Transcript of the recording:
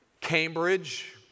Cambridge